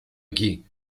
aquí